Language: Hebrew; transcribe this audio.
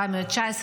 419,